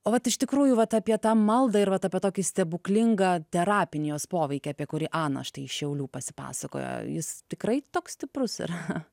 o vat iš tikrųjų vat apie tą maldą ir vat apie tokį stebuklingą terapinį jos poveikį apie kurį ana štai iš šiaulių pasipasakojo jis tikrai toks stiprus yra